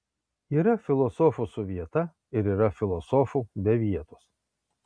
yra filosofų su vieta ir yra filosofų be vietos